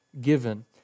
given